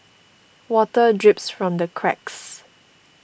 water drips from the cracks